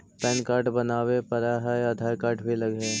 Pan card बनावे पडय है आधार कार्ड भी लगहै?